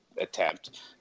attempt